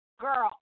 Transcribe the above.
girl